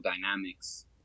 dynamics